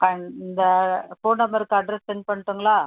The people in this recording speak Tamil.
கன் இந்த ஃபோன் நம்பர்க்கு அட்ரெஸ் செண்ட் பண்ணட்டுங்களா